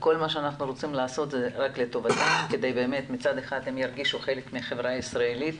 כל מה שאנחנו רוצים לעשות זה רק לטובתם כדי שירגישו חלק מהחברה הישראלית